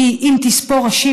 כי אם תספור ראשים,